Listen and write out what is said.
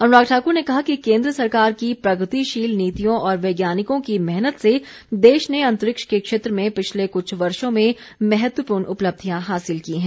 अनुराग ठाकुर ने कहा कि केन्द्र सरकार की प्रगतिशील नीतियों और वैज्ञानिकों की मेहनत से देश ने अंतरिक्ष के क्षेत्र में पिछले कुछ वर्षो में महत्वपूर्ण उपलब्धियां हासिल की हैं